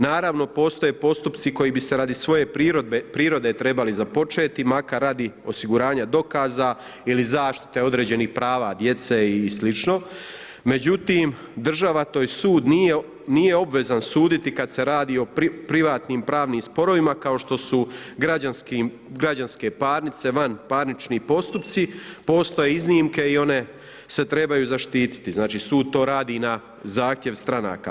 Naravno, postoji postupci koji bi se radi svoje prirode trebalo započeti makar radi osiguranja dokaza ili zaštite određenih prava djece i sl., međutim država tj. sud nije obvezan suditi kad se radi o privatnim pravnim sporovima kao što su građanske parnice, vanparnični postupci, postoje iznimke i one se trebaju zaštititi, znači sud to radi na zahtjev stranaka.